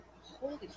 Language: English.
holy